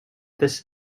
this